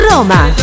Roma